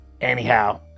anyhow